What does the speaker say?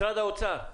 משרד האוצר?